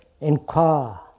inquire